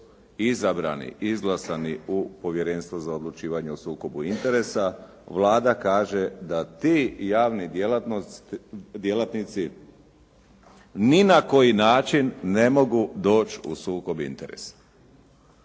izabrani, izglasani u Povjerenstvo za odlučivanje o sukobu interesa Vlada kaže da ti javni djelatnici ni na koji način ne mogu doći u sukob interesa.